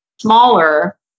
smaller